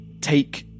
take